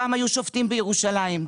פעם היו שופטים בירושלים,